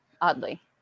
oddly